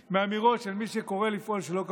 מאמירות של מי שקורא לפעול שלא כחוק,